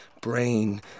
brain